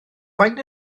faint